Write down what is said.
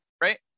right